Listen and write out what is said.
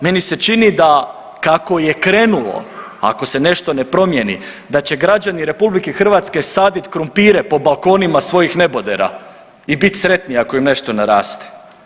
Meni se čini da kako je krenulo ako se nešto ne promijeni da će građani RH sadit krumpire po balkonima svojih nebodera i bit sretni ako im nešto naraste.